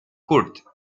kurt